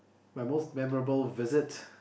my most memorable visit